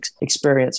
experience